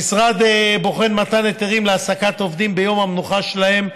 המשרד בוחן מתן היתרים להעסקת עובדים ביום המנוחה שלהם,